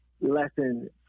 lesson